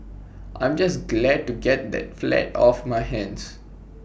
I'm just glad to get the flat off my hands